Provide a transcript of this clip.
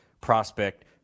Prospect